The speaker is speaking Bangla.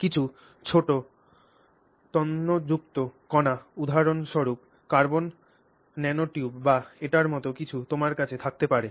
কিছু ছোট তন্তুযুক্ত কণা উদাহরণস্বরূপ কার্বন ন্যানোটিউবস বা এটির মতো কিছু তোমার কাছে থাকতে পারে